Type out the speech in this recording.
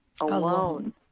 alone